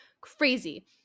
Crazy